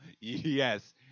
yes